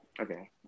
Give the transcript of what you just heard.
Okay